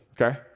Okay